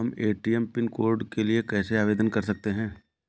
हम ATM pin code के लिए कैसे आवेदन कर सकते हैं?